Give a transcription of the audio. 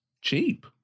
cheap